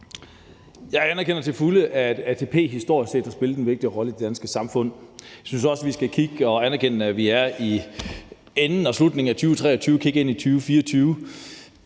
Jeg anerkender til fulde, at ATP set historisk har spillet en vigtig rolle i det danske samfund. Jeg synes også, at vi skal anerkende, at vi er i slutningen af 2023 og kigger ind i 2024,